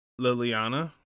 Liliana